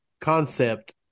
concept